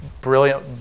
brilliant